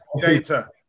data